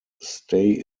stay